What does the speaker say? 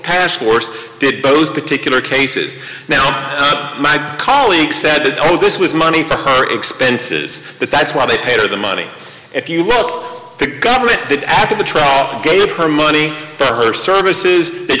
task force did both particular cases now my colleague said oh this was money for her expenses but that's why they paid her the money if you were the government that after the trial gave her money for her services that